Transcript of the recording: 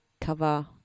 cover